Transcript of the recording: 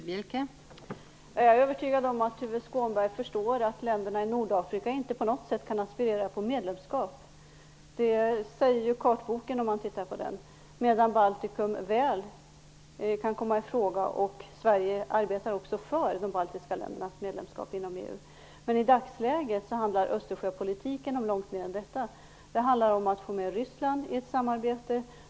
Fru talman! Jag är övertygad om att Tuve Skånberg förstår att länderna i Nordafrika inte på något sätt kan aspirera på medlemskap. Det framgår av kartboken. Däremot kan Baltikum mycket väl komma i fråga, och Sverige arbetar också för de baltiska ländernas medlemskap i EU. Men i dagsläget handlar Östersjöpolitiken om långt mer än detta. Det handlar om att få med Ryssland i ett samarbete.